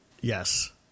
yes